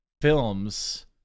films